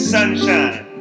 Sunshine